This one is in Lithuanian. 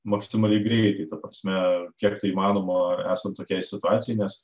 maksimaliai greitai ta prasme kiek tai įmanoma esant tokiai situacijai nes